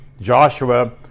joshua